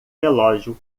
relógio